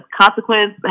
Consequence